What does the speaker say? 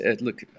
look